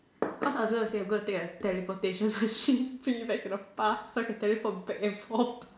cause I was going to say I would bring a teleportation machine bring it back to the past so I can teleport back and forth